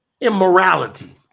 immorality